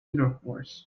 intercourse